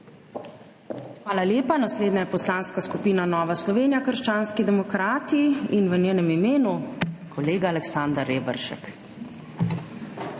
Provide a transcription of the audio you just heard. Hvala lepa. Naslednja je Poslanska skupina Nova Slovenija – krščanski demokrati in v njenem imenu kolega Aleksander Reberšek.